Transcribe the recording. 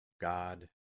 God